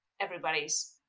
everybody's